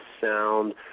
sound